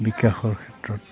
বিকাশৰ ক্ষেত্ৰত